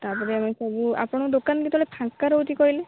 ତାପରେ ଆମେ ସବୁ ଆପଣଙ୍କ ଦୋକାନ କେତେବେଳେ ଫାଙ୍କା ରହୁଛି କହିଲେ